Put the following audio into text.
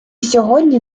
сьогодні